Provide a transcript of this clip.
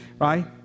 right